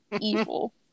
evil